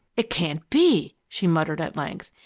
it can't be! she muttered at length.